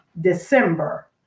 December